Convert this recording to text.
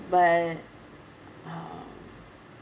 but um